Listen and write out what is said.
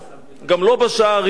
גם לא בשעה הראשונה.